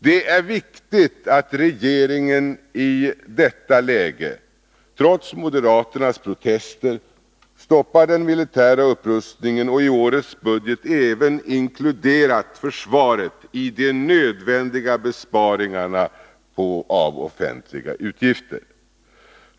Det är viktigt att regeringen i detta läge — trots moderaternas protester — stoppar den militära upprustningen och i årets budget även inkluderar försvaret i de nödvändiga besparingarna av offentliga utgifter.